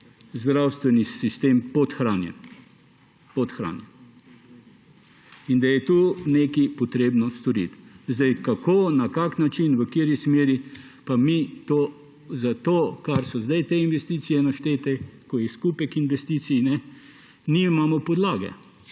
zdravstveni sistem podhranjen in da je tukaj nekaj treba storiti. Kako, na kakšen način, v kateri smeri, pa mi za to, kar so sedaj te investicije naštete, ko je skupek investicij, nimamo podlage.